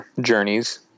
journeys